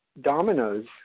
dominoes